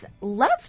Love